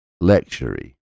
luxury